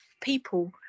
people